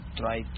try